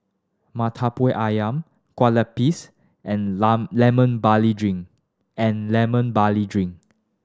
Murtabak Ayam kue lupis and Lemon Barley Drink and Lemon Barley Drink